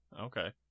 Okay